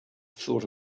thought